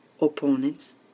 opponents